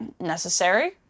necessary